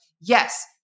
yes